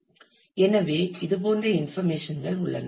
எனவே இது போன்ற இன்ஃபர்மேஷன்கள் உள்ளன